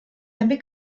també